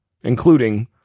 including